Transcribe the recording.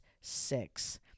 six